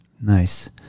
Nice